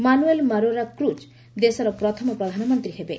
manual Marrero Cruz ଦେଶର ପ୍ରଥମ ପ୍ରଧାନମନ୍ତ୍ରୀ ହେବେ